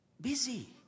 busy